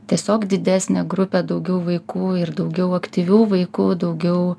tiesiog didesnė grupė daugiau vaikų ir daugiau aktyvių vaikų daugiau